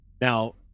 Now